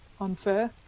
unfair